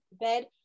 bed